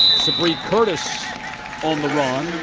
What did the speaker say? sabree curtis on the run.